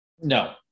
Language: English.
No